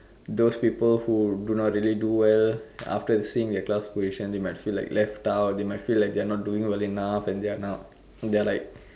those people who do not really do well after seeing their class position they might feel like left out they might feel like they are not doing well enough and they are they are like